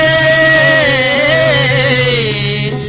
a